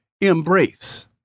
Embrace